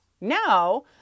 Now